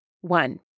One